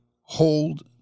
hold